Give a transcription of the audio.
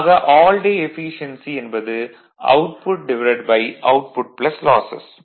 ஆக all day efficiency என்பது output output losses